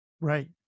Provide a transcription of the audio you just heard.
Right